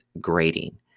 grading